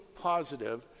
positive